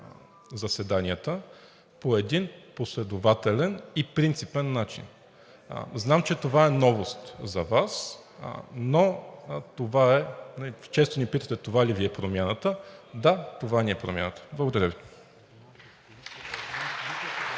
заседанията по един последователен ред и принципен начин. Знам, че това е новост за Вас, но това е. Често ни питате: „Това ли Ви е промяната?“ Да, това ни е промяната. Благодаря Ви.